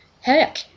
Heck